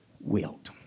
Wilt